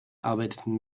arbeiteten